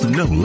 no